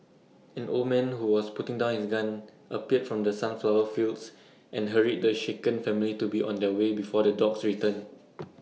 an old man who was putting down his gun appeared from the sunflower fields and hurried the shaken family to be on their way before the dogs return